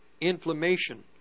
inflammation